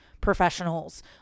professionals